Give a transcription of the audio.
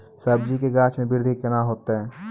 सब्जी के गाछ मे बृद्धि कैना होतै?